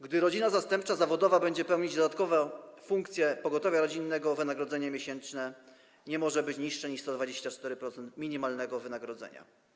Gdy rodzina zastępcza zawodowa będzie pełnić dodatkowo funkcję pogotowia rodzinnego, wynagrodzenie miesięczne nie może być niższe niż 124% minimalnego wynagrodzenia.